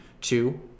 two